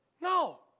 No